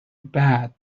bad